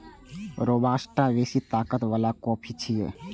robusta बेसी ताकत बला कॉफी छियै